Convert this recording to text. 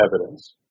evidence